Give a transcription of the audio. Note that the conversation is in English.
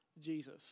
Jesus